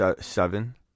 seven